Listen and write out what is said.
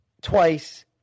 twice